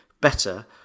better